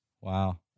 Wow